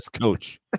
coach